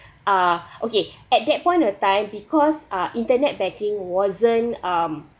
uh okay at that point of time because uh internet banking wasn't um